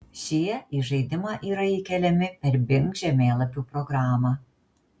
šie į žaidimą yra įkeliami per bing žemėlapių programą